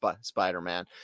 Spider-Man